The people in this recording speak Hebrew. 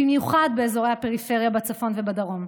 במיוחד באזורי הפריפריה בצפון ובדרום.